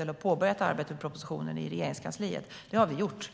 eller påbörjat arbetet med propositionen i Regeringskansliet. Det har vi gjort.